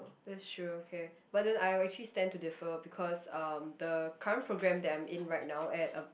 that's true okay but then I'll actually stand to differ because um the current program that I'm in right now at a